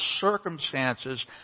circumstances